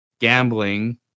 gambling